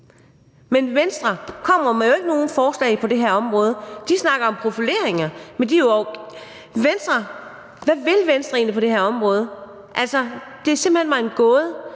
Men Venstre kommer jo ikke med nogen forslag på det her område. De snakker om profilering, men hvad vil Venstre egentlig på det her område? Altså, det er mig simpelt hen en gåde.